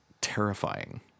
terrifying